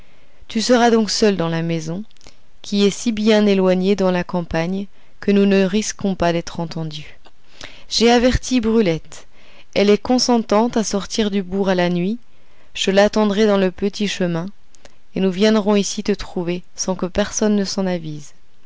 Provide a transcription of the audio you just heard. tu seras donc seul dans la maison qui est si bien éloignée dans la campagne que nous ne risquons pas d'être entendus j'ai averti brulette elle est consentante à sortir du bourg à la nuit je l'attendrai dans le petit chemin et nous viendrons ici te trouver sans que personne s'en avise